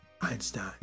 Einstein